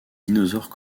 dinosaures